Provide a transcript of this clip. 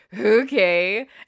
okay